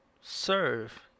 serve